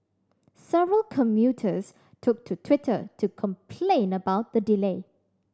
several commuters took to Twitter to complain about the delay